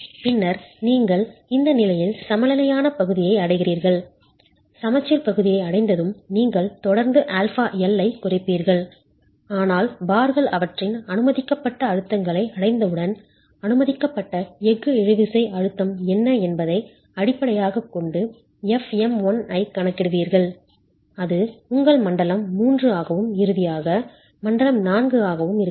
பின்னர் நீங்கள் இந்த நிலையில் சமநிலையான பகுதியை அடைகிறீர்கள் சமச்சீர் பகுதியை அடைந்ததும் நீங்கள் தொடர்ந்து αL ஐக் குறைப்பீர்கள் ஆனால் பார்கள் அவற்றின் அனுமதிக்கப்பட்ட அழுத்தங்களை அடைந்தவுடன் அனுமதிக்கப்பட்ட எஃகு இழுவிசை அழுத்தம் என்ன என்பதை அடிப்படையாகக் கொண்டு fm1 ஐக் கணக்கிடுவீர்கள் அது உங்கள் மண்டலம் 3 ஆகவும் இறுதியாக மண்டலம் 4 ஆகவும் இருக்கலாம்